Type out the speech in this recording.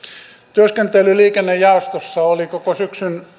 työskentely liikennejaostossa oli koko syksyn